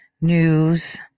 news